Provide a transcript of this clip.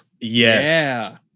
yes